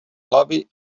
hlavy